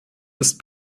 ist